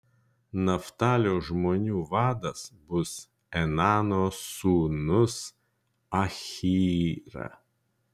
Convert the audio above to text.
naftalio žmonių vadas bus enano sūnus ahyra